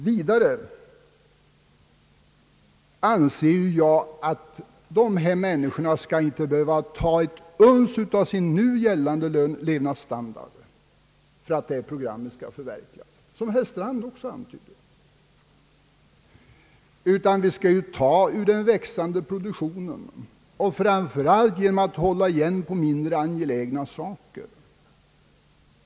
Vidare anser jag att de människor det gäller inte skall behöva ta ett uns av sin nuvarande levnadsstandard för att programmet skall förverkligas, något som herr Strand antydde. Vi skall ta ur den växande produktio nen, och vi skall framför allt hålla igen i fråga om mindre angelägna saker.